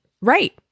right